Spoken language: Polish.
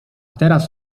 teraz